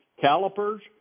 calipers